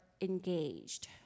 engaged